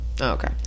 okay